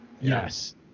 yes